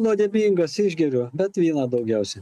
nuodėmingas išgeriu bet vyną daugiausiai